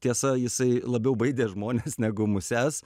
tiesa jisai labiau baidė žmones negu muses